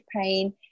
pain